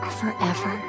forever